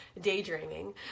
daydreaming